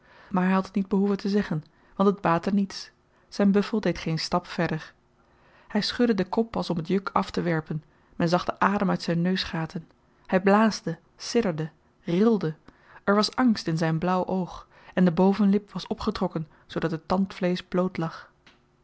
maar hy had het niet behoeven te zeggen want het baatte niets zyn buffel deed geen stap verder hy schudde den kop als om t juk aftewerpen men zag den adem uit zyn neusgaten hy blaasde sidderde rilde er was angst in zyn blauw oog en de bovenlip was opgetrokken zoodat het tandvleesch bloot lag